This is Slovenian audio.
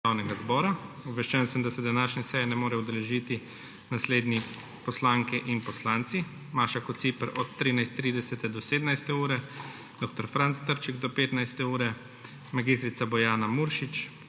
zbora. Obveščen sem, da se današnje seje ne morejo udeležiti naslednji poslanke in poslanci: Maša Kociper od 13.30 do 17. ure, dr. Franc Trček do 15. ure, mag. Bojana Muršič,